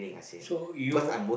so you